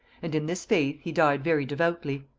and in this faith he died very devoutly.